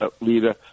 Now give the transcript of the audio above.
leader